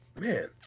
man